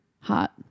Hot